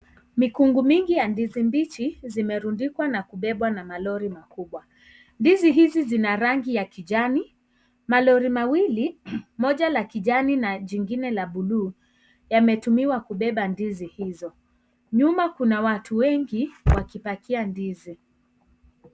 Mikungu mingi ya ndizi mbichi zimerundikwa na kubebwa na malori makubwa. Ndizi hizi zina rangi ya kijani. Malori mawili, moja la kijani na jengine la buluu yametumiwa kubeba ndizi hizo, nyuma kuna watu wengi wakipakia ndizi.